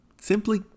simply